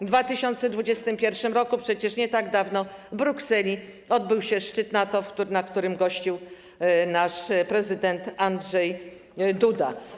W 2021 r., przecież nie tak dawno, w Brukseli odbył się szczyt NATO, na którym gościł nasz prezydent Andrzej Duda.